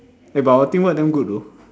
eh but our teamwork damn good though